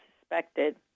suspected